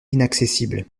inaccessible